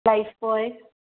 life boy